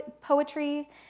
poetry